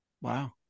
Wow